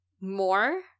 more